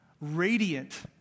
radiant